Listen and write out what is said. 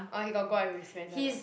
orh he got go out with his friends [one] ah